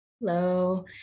Hello